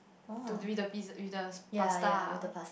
to with the pizz~ with the pasta ah